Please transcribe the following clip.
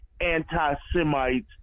anti-Semites